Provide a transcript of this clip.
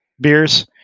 beers